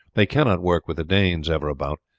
they cannot work with the danes ever about,